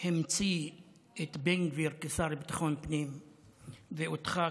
המציא את בן גביר כשר לביטחון הפנים ואותך כיושב-ראש,